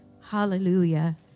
Hallelujah